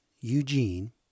Eugene